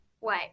Wait